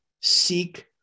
seek